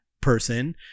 person